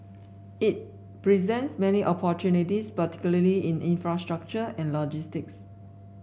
it presents many opportunities particularly in infrastructure and logistics